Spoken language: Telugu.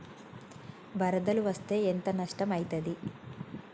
వరదలు వస్తే ఎంత నష్టం ఐతది?